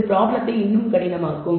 இது ப்ராப்ளத்தை கடினமாக்கும்